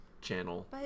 channel